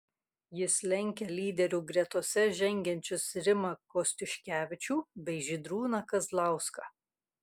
jis lenkia lyderių gretose žengiančius rimą kostiuškevičių bei žydrūną kazlauską